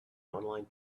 online